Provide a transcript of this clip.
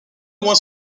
loin